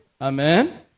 amen